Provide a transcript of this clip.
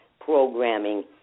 programming